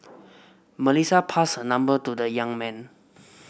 Melissa passed her number to the young man